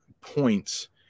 points